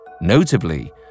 Notably